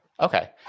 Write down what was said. Okay